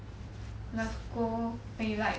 like go when you like